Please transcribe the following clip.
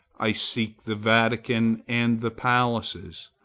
i seek the vatican and the palaces.